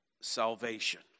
salvation